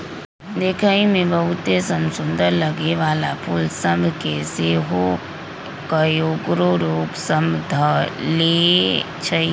देखय में बहुते समसुन्दर लगे वला फूल सभ के सेहो कएगो रोग सभ ध लेए छइ